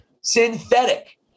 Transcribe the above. Synthetic